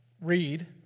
read